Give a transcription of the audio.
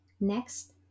Next